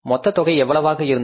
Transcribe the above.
மொத்த தொகை எவ்வளவாக இருந்தது